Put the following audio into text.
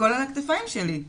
הכל על הכתפיים שלי.